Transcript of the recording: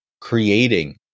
creating